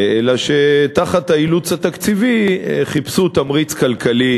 אלא שתחת האילוץ התקציבי חיפשו תמריץ כלכלי